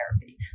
therapy